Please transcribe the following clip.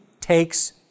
takes